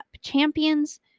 Champions